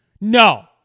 no